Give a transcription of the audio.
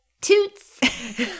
Toots